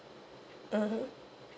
mmhmm